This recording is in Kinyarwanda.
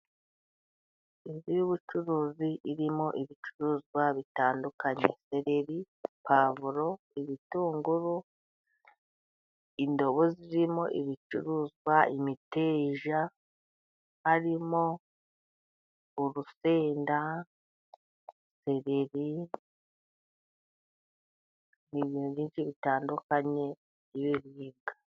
Inzu y'ubucuruzi irimo ibicuruzwa bitandukanye sereri, pwavuro n' ibitunguru. Indobo zirimo ibicuruzwa imiteja, zirimo urusenda ,sereri n'ibindi byinshi bitandukanye .....